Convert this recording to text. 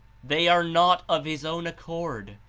they are not of his own accord,